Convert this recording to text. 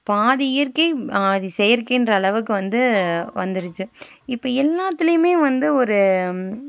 பாதி இயற்கை செயற்கைன்ற அளவுக்கு வந்து வந்துடுச்சி இப்போ எல்லாத்துலையும் வந்து ஒரு